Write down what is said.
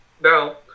Now